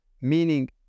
meaning